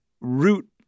root